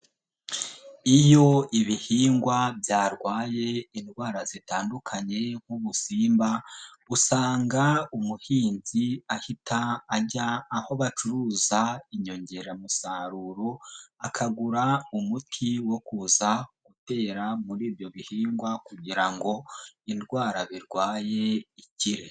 Iyo ibihingwa byarwaye indwara zitandukanye nk'ubusimba usanga umuhinzi ahita ajya aho bacuruza inyongeramusaruro akagura umuti wo kuza gutera muri ibyo bihingwa kugira ngo indwara birwaye ikire.